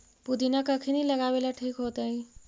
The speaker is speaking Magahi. पुदिना कखिनी लगावेला ठिक होतइ?